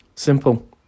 simple